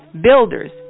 builders